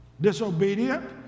disobedient